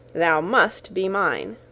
thou must be mine.